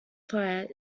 fire